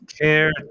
care